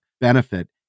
benefit